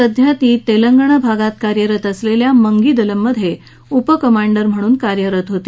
सध्या ती तेलंगणा भागात कार्यरत असलेल्या मंगी दलम मध्ये उपकमांडर म्हणून कार्यरत होती